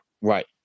right